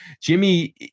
Jimmy